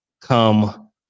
come